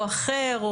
או אחר.